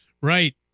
right